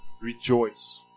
Rejoice